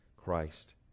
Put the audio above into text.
christ